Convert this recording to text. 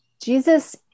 Jesus